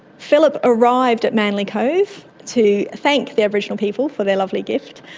phillip arrived at manly cove to thank the aboriginal people for their lovely gift,